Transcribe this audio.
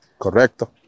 Correcto